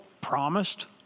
promised